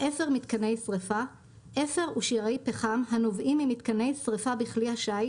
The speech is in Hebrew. "אפר מיתקני שריפה" אפר ושיירי פחם הנובעים ממיתקני שריפה בכלי השיט,